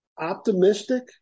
Optimistic